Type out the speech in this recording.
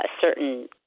certain